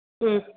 ꯎꯝ